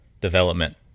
development